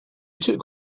took